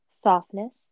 softness